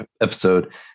episode